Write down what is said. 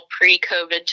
pre-COVID